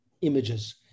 images